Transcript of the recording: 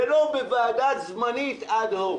ולא בוועדה זמנית אד הוק.